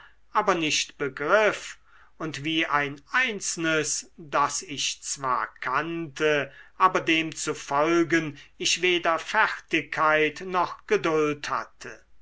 aber nicht begriff und wie ein einzelnes das ich zwar kannte aber dem zu folgen ich weder fertigkeit noch geduld hatte